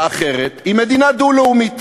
היא מדינה דו-לאומית.